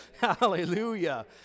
Hallelujah